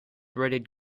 rated